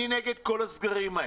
אני נגד כל הסגרים האלה.